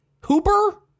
Hooper